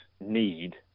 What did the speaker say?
need